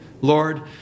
Lord